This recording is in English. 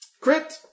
crit